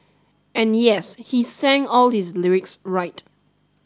and yes he sang all his lyrics right